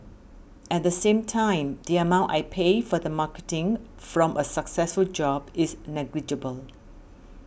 at the same time the amount I pay for the marketing from a successful job is negligible